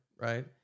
right